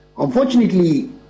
Unfortunately